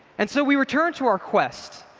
and so we returned to our quest.